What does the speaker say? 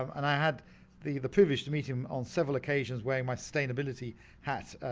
um and i had the the privilege to meet him on several occasions wearing my sustainability hat.